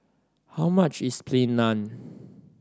how much is Plain Naan